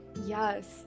Yes